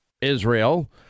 Israel